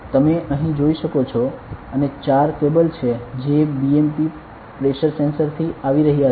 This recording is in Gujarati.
તમે અહીં જોઈ શકો છો અને ચાર કેબલ છે જે BMP પ્રેશર સેન્સર થી આવી રહ્યા છે